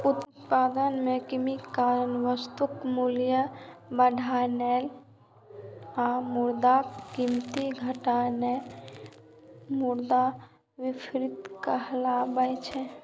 उत्पादन मे कमीक कारण वस्तुक मूल्य बढ़नाय आ मुद्राक कीमत घटनाय मुद्रास्फीति कहाबै छै